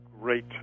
great